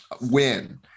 win